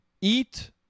eat